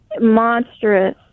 monstrous